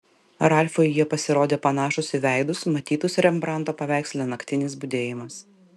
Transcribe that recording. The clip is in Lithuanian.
ralfui jie pasirodė panašūs į veidus matytus rembranto paveiksle naktinis budėjimas